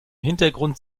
hintergrund